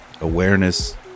awareness